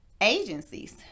agencies